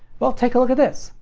well take a look at this.